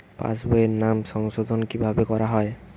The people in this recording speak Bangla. পাশ বইয়ে নাম সংশোধন কিভাবে করা হয়?